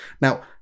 Now